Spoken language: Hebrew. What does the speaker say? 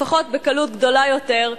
לפחות בקלות רבה יותר,